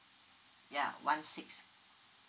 ya one six